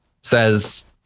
says